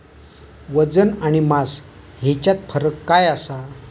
वजन आणि मास हेच्यात फरक काय आसा?